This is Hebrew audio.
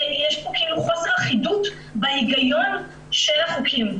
כאילו חוסר אחידות בהיגיון של החוקים.